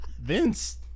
Vince